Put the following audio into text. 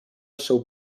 seu